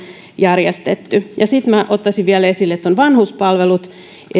järjestetty sitten ottaisin vielä esille vanhuspalvelut